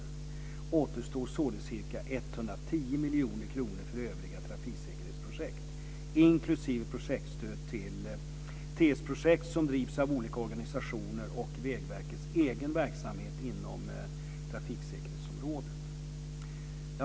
Det återstår således ca 110 miljoner kronor för övriga trafiksäkerhetsprojekt, inklusive projektstöd till TS-projekt som drivs av olika organisationer och i Vägverkets egen verksamhet inom trafiksäkerhetsområdet.